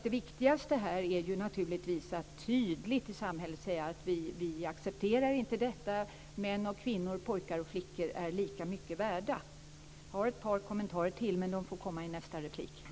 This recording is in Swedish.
Det viktigaste är naturligtvis att samhället tydligt säger ifrån att vi inte accepterar denna företeelse. Män och kvinnor, pojkar och flickor, är lika mycket värda. Jag har ett par kommentarer till att göra, men de får komma i nästa inlägg.